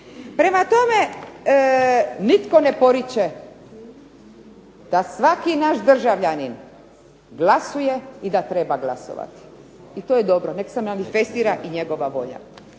Prema tome, nitko ne poriče da svaki naš državljanin glasuje i da treba glasovati. I to je dobro neka se manifestira i njihova volja.